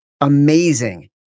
amazing